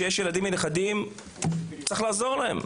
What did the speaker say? כשיש ילדים ונכדים הם צריכים לעזור להם.